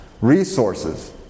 resources